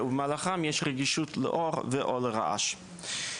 במהלכם יש רגישות לאור ו/או לרעש.